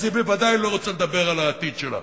היא בוודאי לא רוצה לדבר על העתיד שלה.